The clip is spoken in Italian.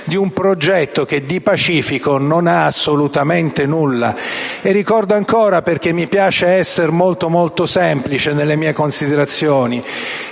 di un programma che di pacifico non ha assolutamente nulla. Ricordo infine, perché mi piace essere molto semplice nelle mie considerazioni,